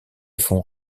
font